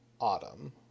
autumn